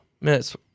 minutes